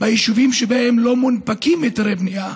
ביישובים שבהם לא מונפקים היתרי בנייה.